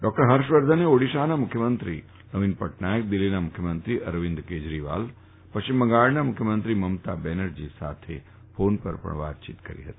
doctor ફર્ષવર્ધને ઓડીશાના મુખ્યમંત્રી નવીન પટનાયક દિલ્હીના મુખ્યમંત્રી અરવિંદ કેજરીવાલ પશ્ચિમ બંગાળના મુખ્યમંત્રી મમતા બેનરજી સાથે ફોન પર વાતચીત પણ કરી ફતી